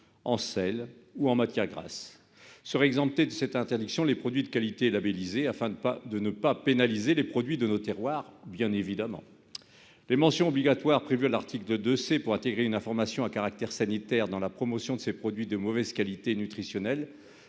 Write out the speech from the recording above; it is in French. en sel ou en matières grasses. Seraient exemptés de cette interdiction les produits de qualité labellisés, afin- bien évidemment -de ne pas pénaliser les produits de nos terroirs. Les mentions obligatoires prévues à l'article 2 C pour intégrer une information à caractère sanitaire dans la promotion de ces produits de mauvaise qualité nutritionnelle